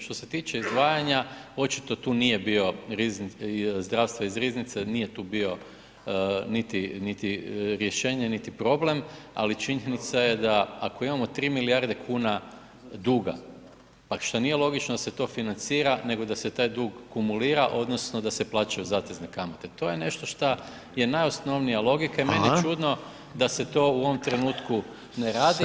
Što se tiče izdvajanja, očito tu nije bio zdravstvo iz riznice, nije tu bio niti, niti rješenje, niti problem, ali činjenica je ako imamo 3 milijarde kuna duga, pa šta nije logično da se to financira, nego da se taj dug kumulira odnosno da se plaćaju zatezne kamate, to je nešto šta je najosnovnija logika [[Upadica: Hvala]] i meni je čudno da se to u ovom trenutku ne radi